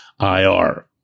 IR